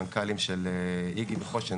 המנכ"לים של איג"י וחושן,